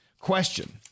question